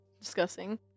discussing